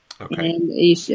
Okay